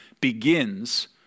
begins